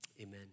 Amen